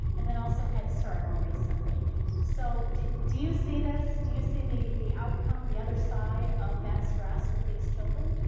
and then also head start more recently. yes. so, do you see this? do you see the the outcome, the other side of that stress with these children?